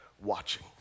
watching